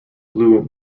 blue